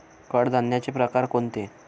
कडधान्याचे प्रकार कोणते?